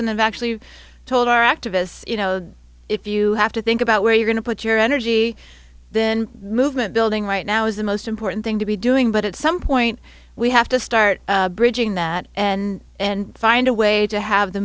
and actually told our activists you know if you have to think about where you're going to put your energy then movement building right now is the most important thing to be doing but at some point we have to start bridging that and and find a way to have the